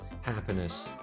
happiness